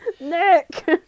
Nick